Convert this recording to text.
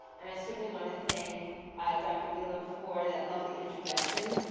and i certainly want to thank dr. elam for that lovely introduction,